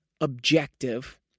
objective